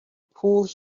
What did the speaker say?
pulled